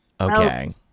okay